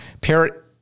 Parrot